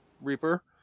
reaper